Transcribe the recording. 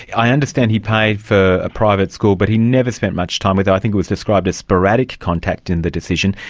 i understand he paid for a private school but he never spent much time with her, i think it was described as sporadic contact in the decision,